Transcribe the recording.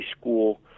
School